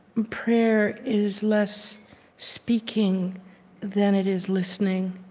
prayer is less speaking than it is listening.